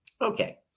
Okay